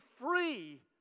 free